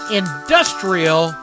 industrial